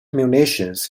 munitions